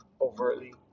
overtly